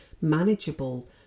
manageable